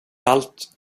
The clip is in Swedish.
allt